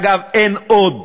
אגב, אין עוד